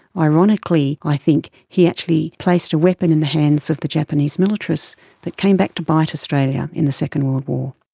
ironically i think he actually placed a weapon in the hands of the japanese militarists that came back to bite australia in the second world war.